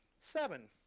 seven,